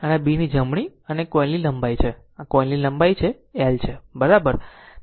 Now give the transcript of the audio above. તો આ Bની જમણી અને કોઇલની લંબાઈ છે આ કોઇલની લંબાઈ છે આ l છે બરાબર છે